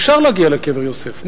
אפשר להגיע לקבר יוסף,